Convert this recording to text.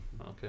Okay